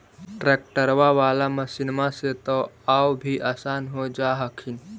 ट्रैक्टरबा बाला मसिन्मा से तो औ भी आसन हो जा हखिन?